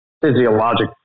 physiologic